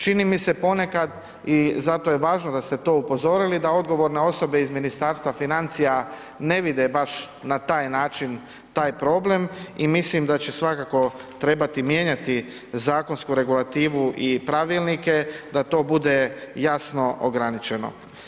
Čini mi se ponekad i zato je važno da ste to upozorili da odgovorne osobe iz Ministarstva financija ne vide baš na taj način taj problem i mislim da će svakako trebati mijenjati zakonsku regulativu i pravilnike da to bude jasno ograničeno.